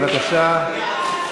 בבקשה.